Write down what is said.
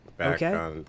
okay